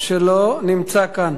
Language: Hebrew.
שלא נמצא כאן.